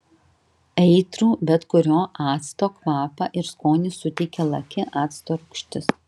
aitrų bet kurio acto kvapą ir skonį suteikia laki acto rūgštis